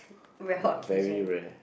rare occasion